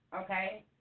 Okay